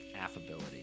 affability